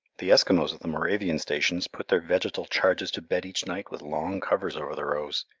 the eskimos at the moravian stations put their vegetal charges to bed each night with long covers over the rows.